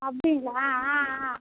அப்படிங்களா ஆ ஆ